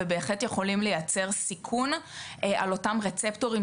ובהחלט יכולים לייצר סיכון על אותם רצפטורים